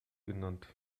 genannt